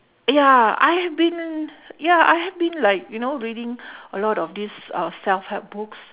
ya I have been ya I have been like you know reading a lot of these uh self-help books